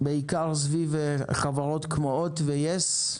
בעיקר סביב חברות כמו הוט ויס,